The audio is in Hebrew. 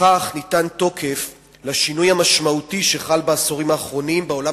בכך ניתן תוקף לשינוי המשמעותי שחל בעשורים האחרונים בעולם